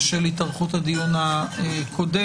בשל התארכות הדיון הקודם.